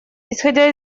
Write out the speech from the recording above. исходя